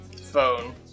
phone